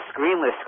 screenless